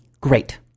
Great